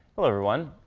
hello everyone.